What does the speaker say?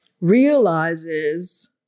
realizes